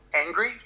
Angry